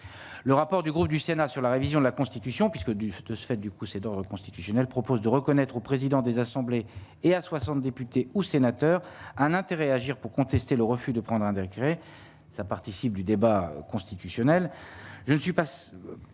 le rapport du groupe du Sénat sur la révision de la Constitution, puisque du de ce fait, du coup c'est d'ordre constitutionnel propose de reconnaître au président des assemblées et à 60 députés ou sénateurs, un intérêt à agir pour contester le refus de prendre un décret ça participe du débat constitutionnel,